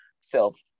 self